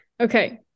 okay